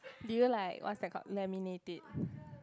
do you like what's that called laminate it